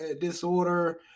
disorder